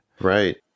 Right